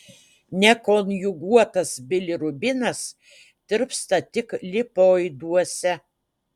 nekonjuguotas bilirubinas tirpsta tik lipoiduose